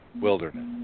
wilderness